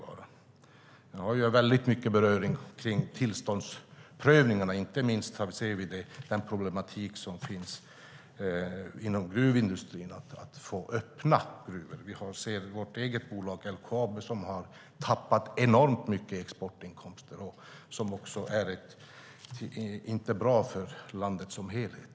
Den har väldigt mycket beröring med tillståndsprövningarna, inte minst ser vi det i den problematik som finns inom gruvindustrin när det gäller att få öppna gruvor. Vi ser att vårt eget bolag LKAB har tappat enormt mycket exportinkomster, vilket inte är bra för landet som helhet.